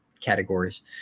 categories